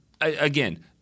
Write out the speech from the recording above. again